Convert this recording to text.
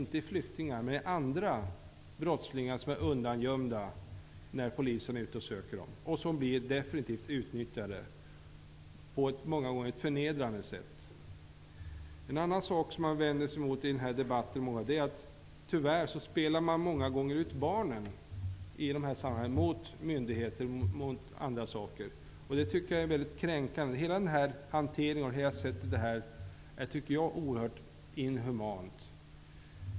Inte flyktingar, men brottslingar som är undangömda när polisen söker dem blir definitivt utnyttjade på ett inte sällan förnedrande sätt. En annan sak som många vänder sig emot i den här debatten är att barnen tyvärr spelas ut mot myndigheter och andra. Det tycker jag är mycket kränkande. Hela den här hanteringen tycker jag är oerhört inhuman.